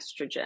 estrogen